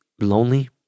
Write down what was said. lonely